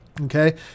okay